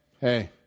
Hey